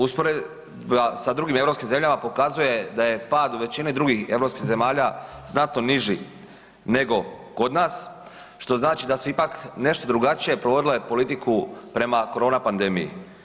Usporedba sa drugim europskim zemljama pokazuje da je pad u većini drugih europskih zemalja znatno niži nego kod nas što znači da su ipak nešto drugačije provodile politiku prema korona pandemiji.